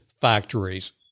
Factories